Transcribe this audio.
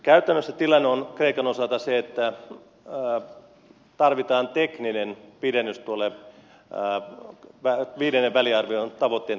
käytännössä tilanne on kreikan osalta se että tarvitaan tekninen pidennys viidennen väliarvion tavoitteen toteuttamiselle kaksi kuukautta